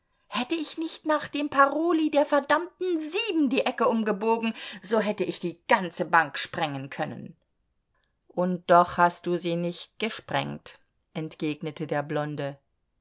hätte ich nicht nach dem paroli der verdammten sieben die ecke umgebogen so hätte ich die ganze bank sprengen können und doch hast du sie nicht gesprengt entgegnete der blonde